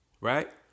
right